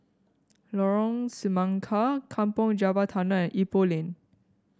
Lorong Semangka Kampong Java Tunnel and Ipoh Lane